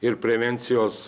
ir prevencijos